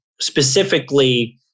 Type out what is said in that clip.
specifically